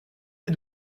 les